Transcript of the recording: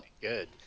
good